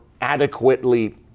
adequately